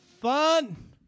fun